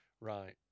right